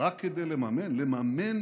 רק כדי לממן, לממן